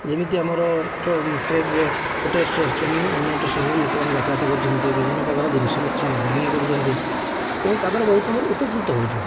ଯେମିତି ଆମର ଟ୍ରେନରେ ଗୋଟେ ଷ୍ଟେସନରୁ ଅନ୍ୟ ଷ୍ଟେସନକୁ ଲୋକମାନେ ଯାତାୟାତ କରୁଛନ୍ତି ବିଭିନ୍ନ ପ୍ରକାର ଜିନିଷପତ୍ର ନବାଆଣିବା କରୁଛନ୍ତି ଏବଂ ତା ଦ୍ୱାରା ବହୁତ ଆମର ଉପକୃତ ହେଉଛୁ